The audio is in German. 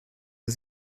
sie